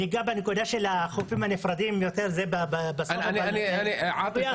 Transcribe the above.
הנקודה של החופים הנפרדים זה בסוף אבל -- עאטף,